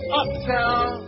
uptown